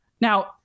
now